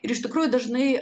ir iš tikrųjų dažnai